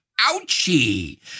Ouchie